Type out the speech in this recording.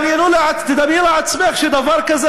ואומרים להם: אתם צריכים לבחור בין האהבה שלכם,